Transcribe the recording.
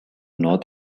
north